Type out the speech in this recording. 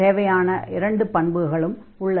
தேவையான இரண்டு பண்புகளும் உள்ளன